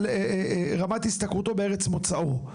רמת השתכרותו בארץ מוצאו.